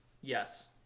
Yes